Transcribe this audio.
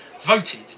voted